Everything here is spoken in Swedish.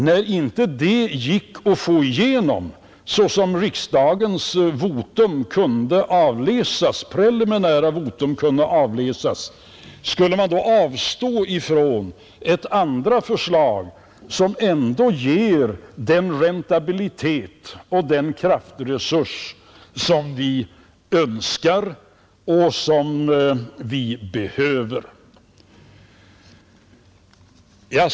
När inte det gick att få igenom, såsom kunde avläsas av riksdagens preliminära votum, skulle man då avstå från ett andra förslag som ändå ger en räntabilitet och den kraftresurs som vi önskar och behöver?